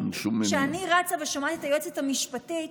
אני רצה ושומעת את היועצת המשפטית,